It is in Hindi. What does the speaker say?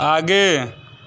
आगे